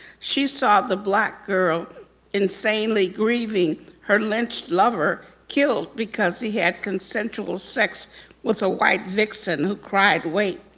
she saw the black girl insanely grieving her lynched lover killed because he had consensual sex with a white vixen who cried wait!